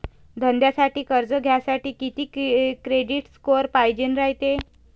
धंद्यासाठी कर्ज घ्यासाठी कितीक क्रेडिट स्कोर पायजेन रायते?